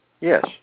Yes